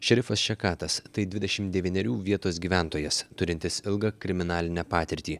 šerifas šekatas tai dvidešim devynerių vietos gyventojas turintis ilgą kriminalinę patirtį